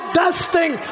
dusting